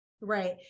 Right